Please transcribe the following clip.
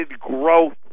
growth